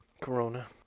Corona